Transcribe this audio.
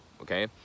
Okay